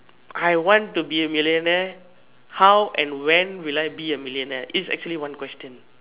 I want to be a millionaire how and when will I be a millionaire this is actually one question